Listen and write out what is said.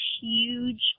huge